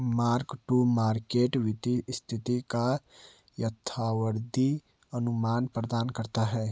mark to market वित्तीय स्थिति का यथार्थवादी अनुमान प्रदान करता है